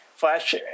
Flash